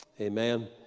Amen